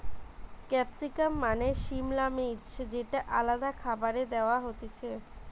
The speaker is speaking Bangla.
ক্যাপসিকাম মানে সিমলা মির্চ যেটা আলাদা খাবারে দেয়া হতিছে